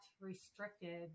restricted